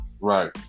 right